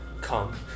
come